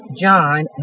John